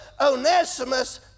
Onesimus